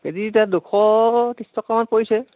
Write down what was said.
কে G এতিয়া দুশ ত্ৰিছ টকামান পৰিছে